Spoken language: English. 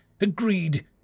agreed